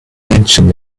mentioned